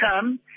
come